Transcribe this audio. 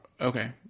Okay